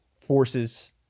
forces